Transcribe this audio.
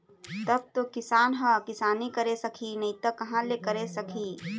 तब तो किसान ह किसानी करे सकही नइ त कहाँ ले करे सकही